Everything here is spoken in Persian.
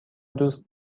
دوست